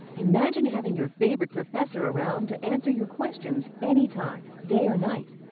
imagine having your favorite professor around to answer your questions anytime, day or night.